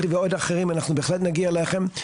ואחרים, אנחנו בהחלט נגיע אליכם.